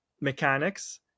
mechanics